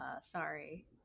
sorry